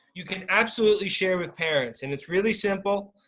you can absolutely share with parents and it's really simple.